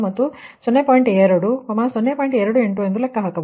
28 ಎಂದು ಲೆಕ್ಕ ಹಾಕಬಹುದು